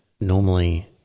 normally